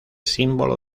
símbolo